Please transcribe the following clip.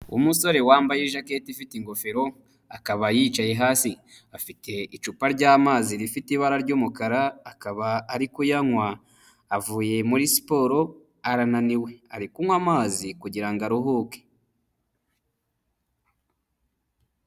Umusore wambaye ijakete ifite ingofero, akaba yicaye hasi, afite icupa ry'amazi rifite ibara ry'umukara, akaba ari kuyanywa, avuye muri siporo arananiwe, ari kunywa amazi kugira ngo aruhuke.